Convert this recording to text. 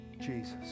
Jesus